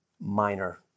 minor